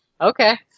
Okay